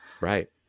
right